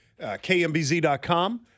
kmbz.com